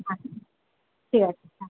আচ্ছা ঠিক আছে হ্যাঁ